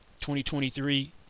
2023